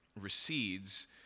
recedes